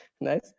nice